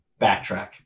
backtrack